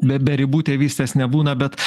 be be ribų tėvystės nebūna bet